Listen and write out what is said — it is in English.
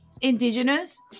Indigenous